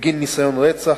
בגין ניסיון רצח,